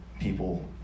people